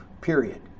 Period